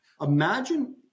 imagine